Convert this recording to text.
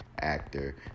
Actor